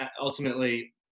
ultimately